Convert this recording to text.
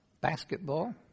basketball